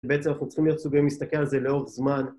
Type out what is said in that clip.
בעצם אנחנו צריכים להיות מסוגלים להסתכל על זה לאורך זמן